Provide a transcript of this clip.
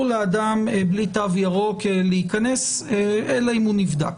לאדם בלי תו ירוק להיכנס אלא אם הוא נבדק.